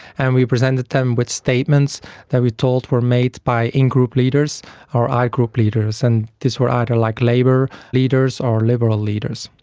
and we presented them with statements that we told were made by in-group leaders or out-group leaders, and these were either like labor leaders or liberal leaders.